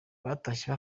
batashye